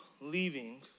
leaving